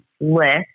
list